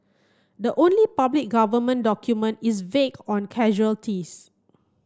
the only public government document is vague on casualties